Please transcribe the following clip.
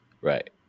right